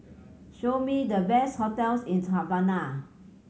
show me the best hotels in Havana